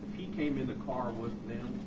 he came in the car with